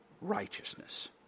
righteousness